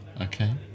okay